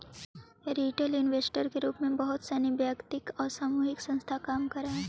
retail investor के रूप में बहुत सनी वैयक्तिक आउ सामूहिक संस्था काम करऽ हइ